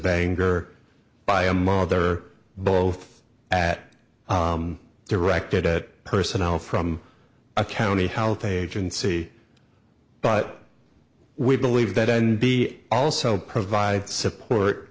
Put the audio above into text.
of anger by a mother both at directed at personnel from a county health agency but we believe that n b c also provides support